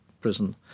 prison